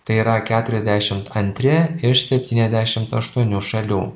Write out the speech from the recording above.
tai yra keturiasdešimt antri iš septyniasdešimt aštuonių šalių